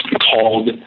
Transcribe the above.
called